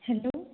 hello